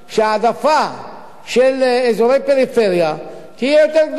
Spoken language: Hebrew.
שההעדפה של אזורי פריפריה תהיה יותר גדולה,